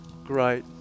great